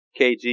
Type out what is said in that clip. KG